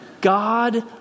God